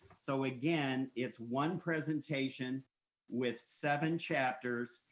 so again, it's one presentation with seven chapters,